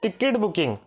ticket booking